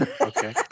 Okay